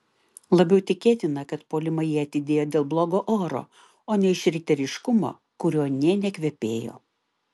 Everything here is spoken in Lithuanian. labiau tikėtina kad puolimą jie atidėjo dėl blogo oro o ne iš riteriškumo kuriuo nė nekvepėjo